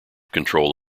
control